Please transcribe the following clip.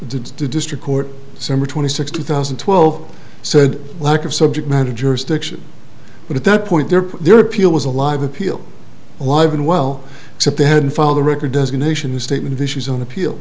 the district court summer twenty sixth two thousand and twelve said lack of subject matter jurisdiction but at that point there their appeal was a live appeal alive and well except they had found the record designation the statement issues on appeal